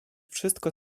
wszystko